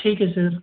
ठीक है सर